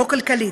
לא כלכלית.